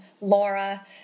Laura